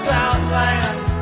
Southland